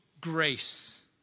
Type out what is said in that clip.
Grace